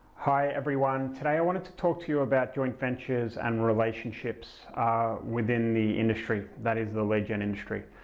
hi everyone, today i wanted to talk to you about joint ventures and relationships within the industry. that is the lead gen industry.